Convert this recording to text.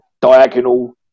diagonal